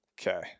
okay